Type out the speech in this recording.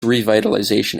revitalization